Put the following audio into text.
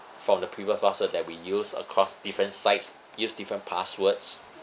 from the previous password that we use across different sites use different passwords